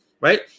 right